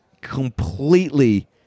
completely